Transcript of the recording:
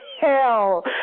hell